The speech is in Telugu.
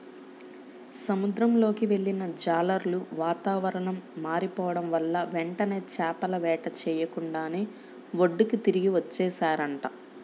సముద్రంలోకి వెళ్ళిన జాలర్లు వాతావరణం మారిపోడం వల్ల వెంటనే చేపల వేట చెయ్యకుండానే ఒడ్డుకి తిరిగి వచ్చేశారంట